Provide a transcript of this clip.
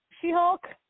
She-Hulk